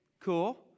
Cool